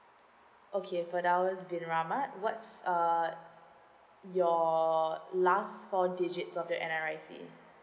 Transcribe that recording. okay firdaus bin rahmat what's uh your last four digits of your N_R_I_C